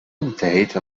انتهيت